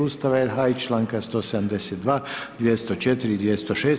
Ustava RH i članka 172., 204. i 206.